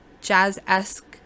jazz-esque